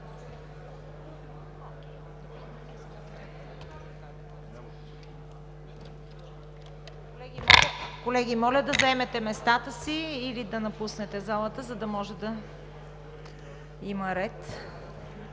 Колеги, моля да заемете местата си или напуснете залата, за да има ред.